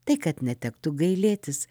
tai kad netektų gailėtis